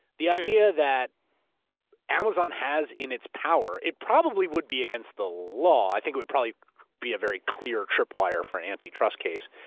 the idea that amazon has in its power, it probably would be against the law, i think it would probably be a very clear tripwire for an anti-trust case,